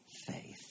faith